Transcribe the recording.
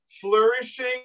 flourishing